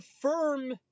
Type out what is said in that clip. firm